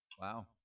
Wow